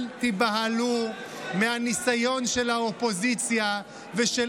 אל תיבהלו מהניסיון של האופוזיציה ושל